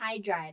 hydride